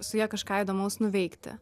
su ja kažką įdomaus nuveikti